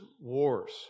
wars